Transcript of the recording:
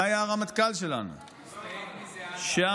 זה היה הרמטכ"ל שלנו, הוא הסתייג מזה, אגב.